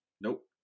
nope